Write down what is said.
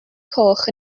coch